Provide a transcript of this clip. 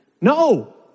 No